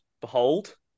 Behold